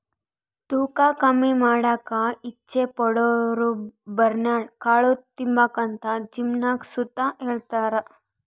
ತೂಕ ಕಮ್ಮಿ ಮಾಡಾಕ ಇಚ್ಚೆ ಪಡೋರುಬರ್ನ್ಯಾಡ್ ಕಾಳು ತಿಂಬಾಕಂತ ಜಿಮ್ನಾಗ್ ಸುತ ಹೆಳ್ತಾರ